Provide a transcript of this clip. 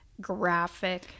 graphic